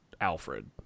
Alfred